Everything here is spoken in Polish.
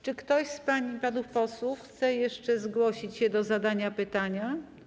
Czy ktoś z pań i panów posłów chce jeszcze zgłosić się do zadania pytania?